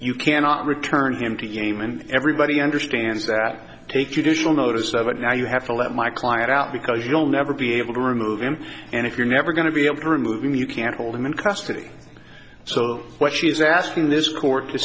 you cannot return him to game and everybody understands that take your digital notice of it now you have to let my client out because you'll never be able to remove him and if you're never going to be able to remove him you can't hold him in custody so what she's asking this court to